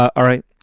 all right,